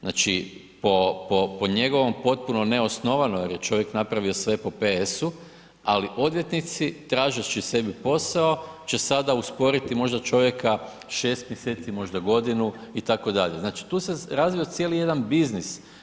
Znači, po njegovom potpuno neosnovano jer je čovjek napravio sve po PS-u, ali odvjetnici, tražeći sebi posao, će sada usporiti možda čovjeka, 6 mjeseci, možda godinu, itd. znači tu se razvio cijeli jedan biznis.